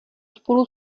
spolu